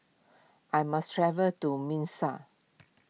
I must travel to Minsk